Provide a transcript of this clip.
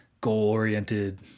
goal-oriented